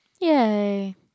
Yay